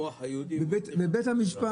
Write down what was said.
המוח היהודי ממציא פתרונות.